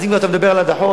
אז אם אתה מדבר על הדחות,